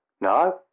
No